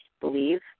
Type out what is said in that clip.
believe